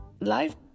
life